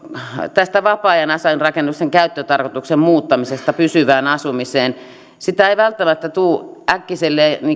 tästä vapaa ajan asuinrakennusten käyttötarkoituksen muuttamisesta pysyvään asumiseen sitä ei välttämättä tule äkkiselleen